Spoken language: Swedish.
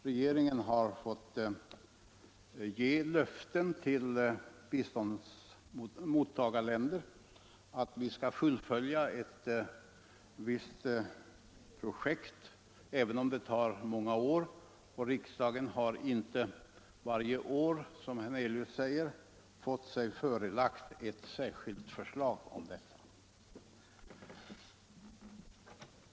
Regeringen har fått ge löften till mottagarländer att vi skall fullfölja ett visst projekt, även om det tar många år, och riksdagen har inte varje år, som herr Hernelius säger, fått sig förelagt ett särskilt förslag om detta.